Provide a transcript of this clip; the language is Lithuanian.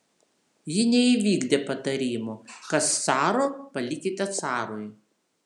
ji neįvykdė patarimo kas caro palikite carui